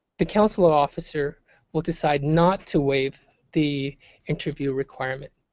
the consular officer will decide not to waive the interview requirement.